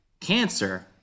cancer